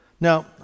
Now